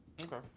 Okay